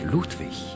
Ludwig